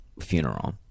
funeral